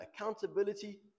accountability